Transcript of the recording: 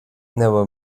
never